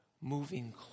moving